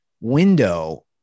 window